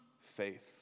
faith